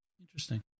Interesting